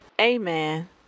Amen